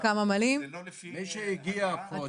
מבקשת שתהיו מדויקים, שתיים-שלוש דקות לכל אחד.